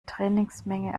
trainingsmenge